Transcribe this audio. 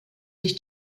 sich